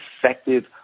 effective